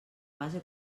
base